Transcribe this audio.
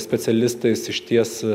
specialistais išties